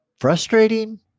frustrating